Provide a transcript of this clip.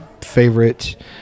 favorite